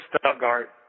Stuttgart